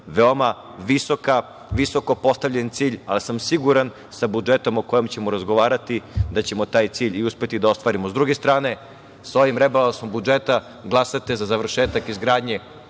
veoma visoko postavljen cilj, ali sam siguran sa budžetom o kojem ćemo razgovarati da ćemo taj cilj i uspeti da ostvarimo. Sa druge strane, sa ovim rebalansom budžeta glasate za završetak izgradnje